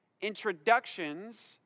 Introductions